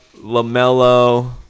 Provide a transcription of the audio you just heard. LaMelo